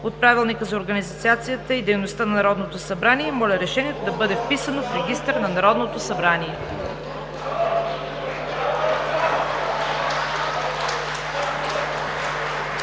от Правилника за организацията и дейността на Народното събрание моля решението да бъде вписано в регистъра на Народно събрание.“